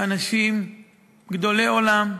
אנשים גדולי עולם,